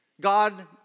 God